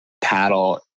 paddle